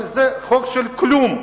אבל זה חוק של כלום,